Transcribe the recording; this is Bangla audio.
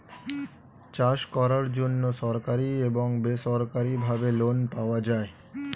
চাষ করার জন্য সরকারি এবং বেসরকারিভাবে লোন পাওয়া যায়